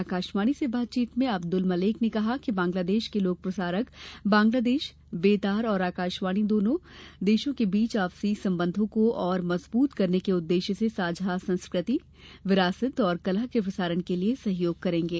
आकाशवाणी से बातचीत में अब्दुल मर्लेक ने कहा कि बांग्लादेश के लोक प्रसारक बांग्लादेश बे तार और आकाशवाणी दोनों देशों के बीच आपसी संबंधों को और मजबूत करने के उद्देश्य से साझा संस्कृति विरासत और कला के प्रसारण के लिए सहयोग करेंगे